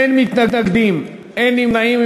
אין מתנגדים, אין נמנעים.